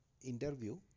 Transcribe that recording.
interview